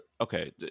okay